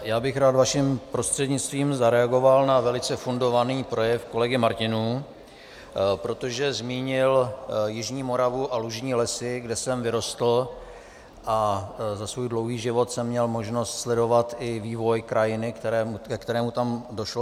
Já bych rád vaším prostřednictvím zareagoval na velice fundovaný projev kolegy Martinů, protože zmínil jižní Moravu a lužní lesy, kde jsem vyrostl, a za svůj dlouhý život jsem měl možnost sledovat i vývoj krajiny, ke kterému tam došlo.